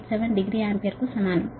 87 degree ల ampere కు సమానం